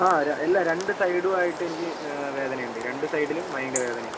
ആ ര ഇല്ല രണ്ട് സൈഡുമായിട്ട് എനിക്ക് വേദന ഉണ്ട് രണ്ട് സൈഡിലും ഭയങ്കര വേദനയാണ്